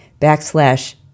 backslash